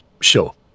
Sure